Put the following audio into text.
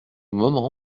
moment